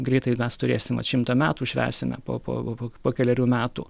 greitai mes turėsim vat šimtą metų švęsime po po va po po kelerių metų